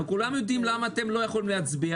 כולם יודעים למה אתם לא יכולים להצביע,